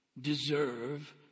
deserve